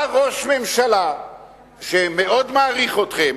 בא ראש ממשלה שמאוד מעריך אתכם,